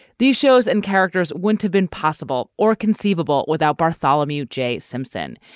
these shows and characters wouldn't have been possible or conceivable without bartholomew j simpson.